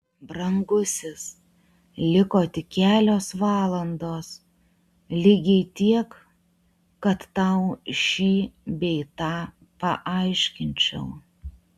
brangusis liko tik kelios valandos lygiai tiek kad tau šį bei tą paaiškinčiau